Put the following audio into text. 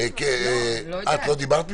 לא דיברת קודם?